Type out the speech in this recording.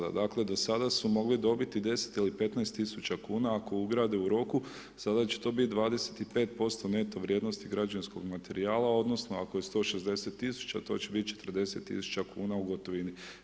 Dakle, do sada su mogli dobiti 10 ili 15.000,00 kn ako ugrade u roku, sada će to biti 25% neto vrijednosti građevinskog materijala odnosno ako je 160.000,00 kn to će biti 40.000,00 kn u gotovini.